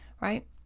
right